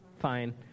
fine